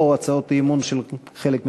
או שהצעות האי-אמון של חלק מהסיעות,